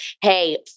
Hey